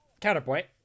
Counterpoint